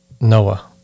Noah